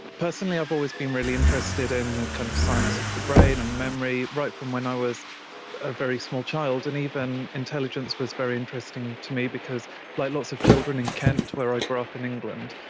personally i've always been really interested in the kind of science of the brain and memory, right from when i was a very small child and even intelligence was very interesting to me because, like lots of children in kent where i grew up in england,